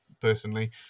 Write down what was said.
personally